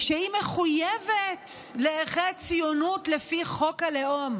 שהיא מחויבת לערכי הציונות לפי חוק הלאום,